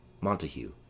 Montague